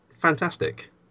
fantastic